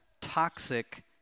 toxic